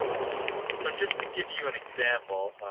so just to give you an example,